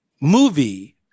movie